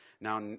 Now